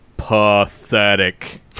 pathetic